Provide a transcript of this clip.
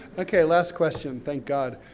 okay, last question, thank god.